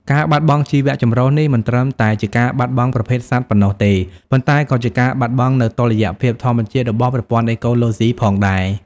ការបាត់បង់ជីវៈចម្រុះនេះមិនត្រឹមតែជាការបាត់បង់ប្រភេទសត្វប៉ុណ្ណោះទេ ប៉ុន្តែក៏ជាការបាត់បង់នូវ តុល្យភាពធម្មជាតិ របស់ប្រព័ន្ធអេកូឡូស៊ីផងដែរ។